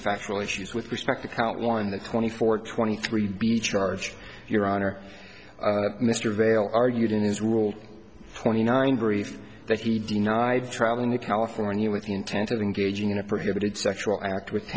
factual issues with respect to count one the twenty four twenty three b charge your honor mr vaile argued in his rule twenty nine brief that he denied traveling to california with the intent of engaging in a prohibited sexual act with